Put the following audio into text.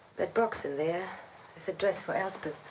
that box in there is a dress for elspeth.